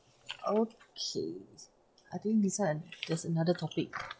okay I think this one there's another topic